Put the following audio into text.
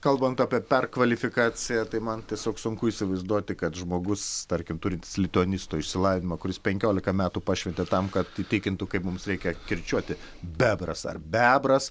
kalbant apie perkvalifikaciją tai man tiesiog sunku įsivaizduoti kad žmogus tarkim turintis lituanisto išsilavinimą kuris penkiolika metų pašventė tam kad įtikintų kaip mums reikia kirčiuoti bebras ar bebras